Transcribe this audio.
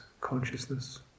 consciousness